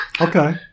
Okay